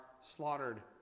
slaughtered